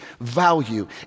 value